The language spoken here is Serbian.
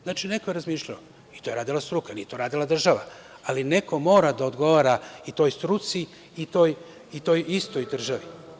Znači, neko je razmišljao, to je radila struka, nije to radila država, ali neko mora da odgovara i toj struci, i toj istoj državi.